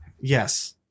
Yes